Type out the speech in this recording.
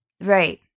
Right